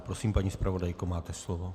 Prosím, paní zpravodajko, máte slovo.